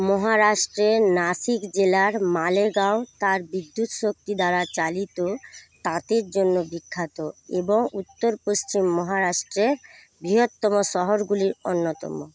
মহারাষ্ট্রের নাসিক জেলার মালেগাঁও তার বিদ্যুৎশক্তি দ্বারা চালিত তাঁতের জন্য বিখ্যাত এবং উত্তর পশ্চিম মহারাষ্ট্রে বৃহত্তম শহরগুলির অন্যতম